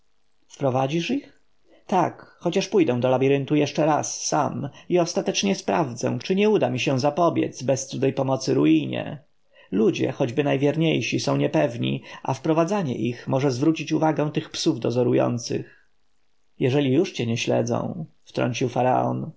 ich tak chociaż pójdę do labiryntu jeszcze raz sam i ostatecznie sprawdzę czy nie uda mi się zapobiec bez cudzej pomocy ruinie ludzie choćby najwierniejsi są niepewni a wprowadzanie ich może zwrócić uwagę tych psów dozorujących jeżeli cię już nie śledzą wtrącił